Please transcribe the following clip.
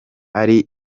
ari